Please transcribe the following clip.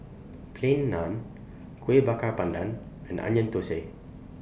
Plain Naan Kueh Bakar Pandan and Onion Thosai